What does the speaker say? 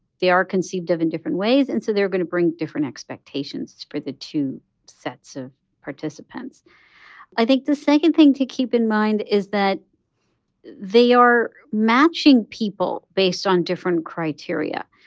they are conceived of in different ways and so they're going to bring different expectations for the two sets of participants i think the second thing to keep in mind is that they are matching people based on different criteria.